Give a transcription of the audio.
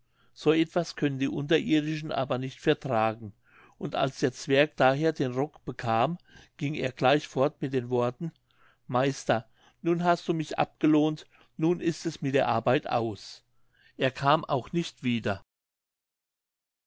so etwas können die unterirdischen aber nicht vertragen und als der zwerg daher den rock bekam ging er gleich fort mit den worten meister nun hast du mich abgelohnt nun ist es mit der arbeit aus er kam auch nicht wieder